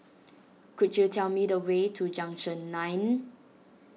could you tell me the way to Junction nine